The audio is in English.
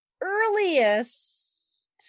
earliest